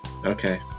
Okay